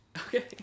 Okay